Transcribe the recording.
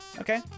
Okay